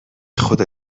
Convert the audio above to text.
خدا